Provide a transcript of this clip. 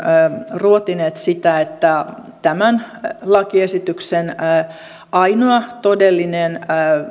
ruotineet sitä että tämän lakiesityksen ainoa todellinen